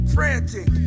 Frantic